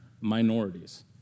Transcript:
minorities